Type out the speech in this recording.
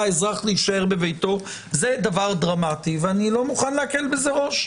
אזרח להישאר בביתו זה דבר דרמטי ואני לא מוכן להקל בזה ראש.